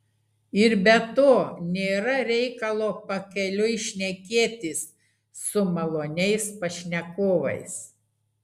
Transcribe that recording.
ir be to nėra reikalo pakeliui šnekėtis su maloniais pašnekovais